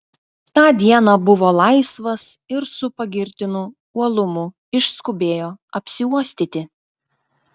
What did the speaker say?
tą dieną buvo laisvas ir su pagirtinu uolumu išskubėjo apsiuostyti